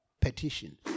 petition